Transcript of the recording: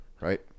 Right